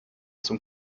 zum